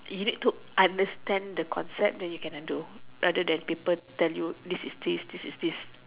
you need to understand the concept then you can handle rather than people tell you this is this this is this